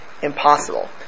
impossible